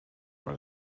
par